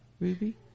Ruby